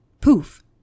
Poof